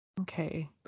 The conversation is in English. Okay